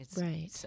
Right